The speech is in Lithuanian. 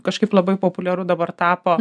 kažkaip labai populiaru dabar tapo